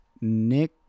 Nick